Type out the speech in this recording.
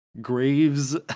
graves